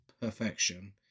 perfection